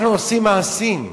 אנחנו עושים מעשים.